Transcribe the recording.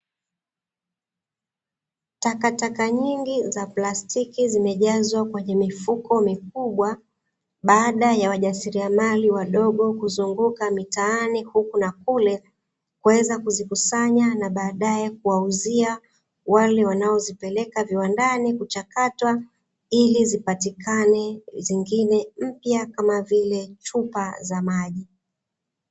Takataka nyingi za plastiki zimejazwa kwenye mifuko mikubwa, baada ya wajasiariamali wadogo kuzunguka mitaani huku na kule, kuweza kuzikusanya na baadae kuwauzia wale wanaozipeleka viwandani kuchakatwa, ili zipatikane zingine mpya kama vile, chupa za maji.